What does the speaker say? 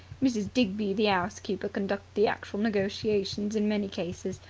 mrs. digby, the ouse-keeper conducted the actual negotiations in many cases,